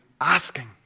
asking